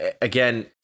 Again